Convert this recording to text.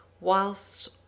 whilst